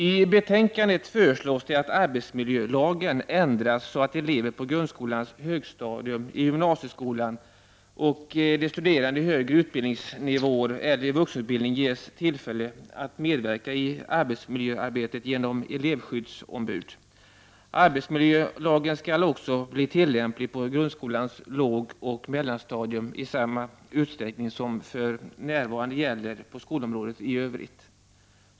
I betänkandet föreslås att arbetsmiljölagen ändras så att elever på grundskolans högstadium och i gymnasieskolan och de studerande på högre utbildningsnivåer eller i vuxenutbildning ges tillfälle att medverka i arbetsmiljöarbetet genom elevskyddsombud. Arbetsmiljölagen skall också bli tillämplig på grundskolans lågoch mellanstadium i samma utsträckning som för närvarande gäller på skolområdet i övrigt.